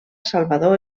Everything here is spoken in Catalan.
salvador